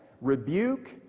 rebuke